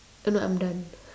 oh no I'm done